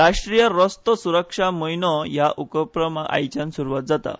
राष्ट्रीय सुरक्षा म्हयनो ह्या उपक्रमाक आयच्यान सुरवात जाता